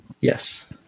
Yes